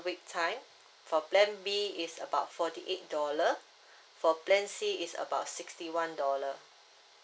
week time for plan B is about forty eight dollar for plan C is about sixty one dollar